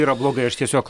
yra blogai aš tiesiog